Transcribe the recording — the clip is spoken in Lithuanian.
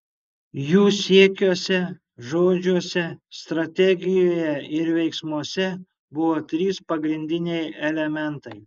jų siekiuose žodžiuose strategijoje ir veiksmuose buvo trys pagrindiniai elementai